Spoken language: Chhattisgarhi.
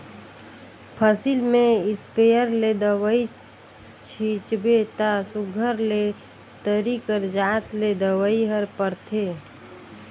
फसिल में इस्पेयर ले दवई छींचबे ता सुग्घर ले तरी कर जात ले दवई हर परथे